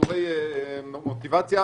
וחדורי מוטיבציה,